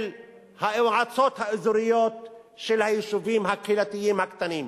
המועצות האזוריות של היישובים הקהילתיים הקטנים?